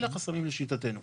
אלה החסמים לשיטתנו.